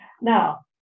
Now